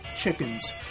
chickens